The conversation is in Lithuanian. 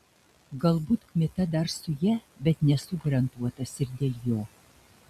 galbūt kmita dar su ja bet nesu garantuotas ir dėl jo